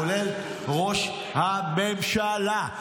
כולל ראש הממשלה.